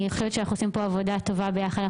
אני חושבת שאנחנו עושים פה עבודה טובה ביחד.